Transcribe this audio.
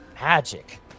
magic